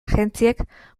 agentziek